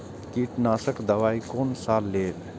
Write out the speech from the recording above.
कीट नाशक दवाई कोन सा लेब?